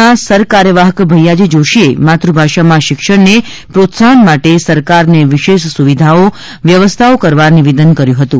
ના સરકાર્યવાહક ભૈયાજી જોષીએ માતૃભાષામાં શિક્ષણને પ્રોત્સાહન માટે સરકારને વિશેષ સુવિધાઓ વ્યવસ્થાઓ કરવા નિવેદન કર્યું હતું